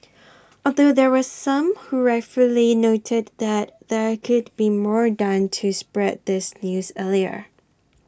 although there were some who rightfully noted that there could be more done to spread this news earlier